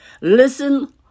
Listen